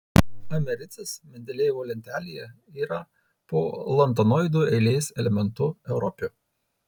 americis mendelejevo lentelėje yra po lantanoidų eilės elementu europiu